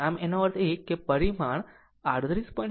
આમ એનો અર્થ એ કે પરિમાણ this 38